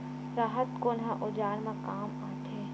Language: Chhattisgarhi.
राहत कोन ह औजार मा काम आथे?